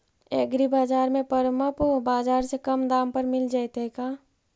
एग्रीबाजार में परमप बाजार से कम दाम पर मिल जैतै का?